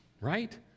Right